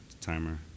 timer